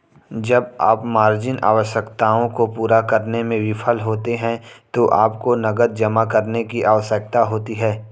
जब आप मार्जिन आवश्यकताओं को पूरा करने में विफल होते हैं तो आपको नकद जमा करने की आवश्यकता होती है